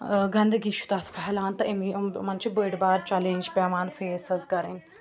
گنٛدگی چھُ تَتھ پھہلان تہٕ امے یِمَن چھِ بٔڑۍ بار چیَلینج پیٚوان فیس حظ کَرٕنۍ